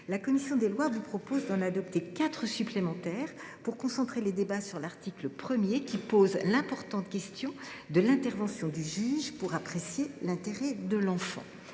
La commission des lois vous propose d’en adopter quatre supplémentaires afin de concentrer les débats sur l’article 1, qui pose l’importante question de l’intervention du juge pour apprécier l’intérêt de l’enfant.